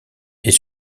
est